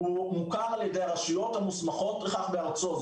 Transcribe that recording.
הוא רוצה ללמוד בו מוכר על-ידי הרשויות המוסמכות לכך בארצו.